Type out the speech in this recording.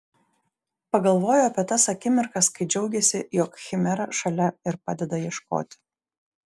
pagalvojo apie tas akimirkas kai džiaugėsi jog chimera šalia ir padeda ieškoti